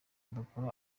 udakora